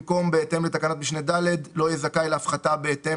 במקום "בהתאם לתקנת משנה (ד) לא יהיה זכאי להפחתה בהתאם